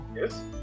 yes